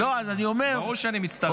לא, אז אני אומר, ברור שאני מצטרף.